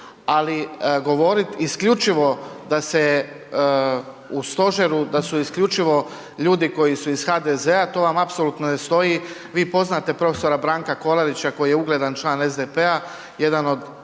da su isključivo ljudi koji su iz HDZ-a to vam apsolutno ne stoji. Vi poznate prof. Branka Kolarića koji je ugledan član SDP-a, jedan od